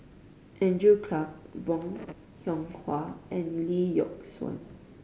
Andrew Clarke Bong Hiong Hwa and Lee Yock Suan